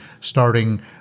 starting